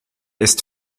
ist